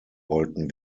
wollten